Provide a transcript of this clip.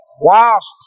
whilst